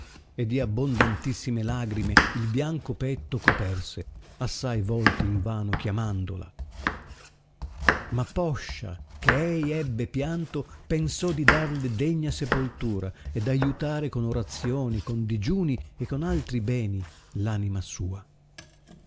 e di abbondantissime lagrime il bianco petto coperse assai volte in vano chiamandola ma poscia che ei ebbe pianto pensò di darle degna sepoltura ed aiutare con orazioni con digiuni e con altri beni r anima sua